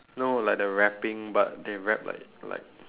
no like the rapping but they rap like like